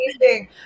amazing